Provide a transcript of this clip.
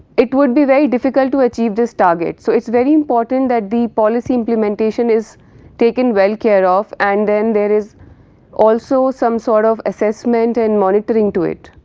it would be very difficult to achieve this target. so, it is very important that the policy implementation is taken well care of and then there is also some sort of assessment and monitoring to it.